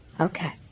Okay